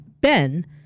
Ben